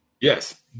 Yes